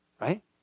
right